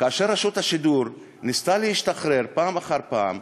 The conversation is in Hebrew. כאשר רשות השידור ניסתה להשתחרר פעם אחר פעם,